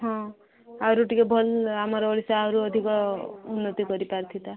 ହଁ ଆହୁରି ଟିକେ ଭଲ ଆମର ଓଡ଼ିଶା ଆହୁରି ଅଧିକ ଉନତି କରିପାରିଥିଲା